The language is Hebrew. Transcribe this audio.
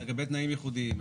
לגבי תנאי יחודיים,